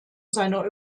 seiner